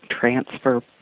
transfer